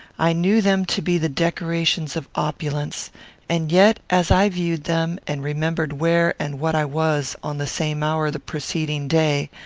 i knew them to be the decorations of opulence and yet, as i viewed them, and remembered where and what i was on the same hour the preceding day,